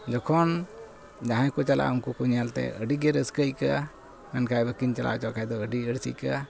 ᱡᱚᱠᱷᱚᱱ ᱡᱟᱦᱟᱸᱭᱠᱚ ᱪᱟᱞᱟᱜᱼᱟ ᱩᱱᱠᱩ ᱠᱚ ᱧᱮᱞᱛᱮ ᱟᱹᱰᱤᱜᱮ ᱨᱟᱹᱥᱠᱟᱹ ᱟᱹᱭᱠᱟᱹᱜᱼᱟ ᱢᱮᱱᱠᱷᱟᱡ ᱵᱟᱹᱠᱤᱱ ᱪᱟᱞᱟᱣ ᱚᱪᱚᱜ ᱠᱷᱟᱡᱫᱚ ᱟᱹᱰᱤ ᱟᱹᱲᱤᱥ ᱟᱹᱭᱠᱟᱹᱜᱼᱟ